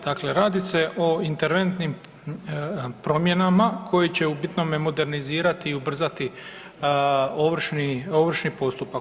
Dakle radi se o interventnim promjenama koje će u bitnome modernizirati i ubrzati ovršni postupak.